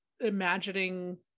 imagining